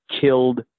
killed